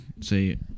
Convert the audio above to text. Say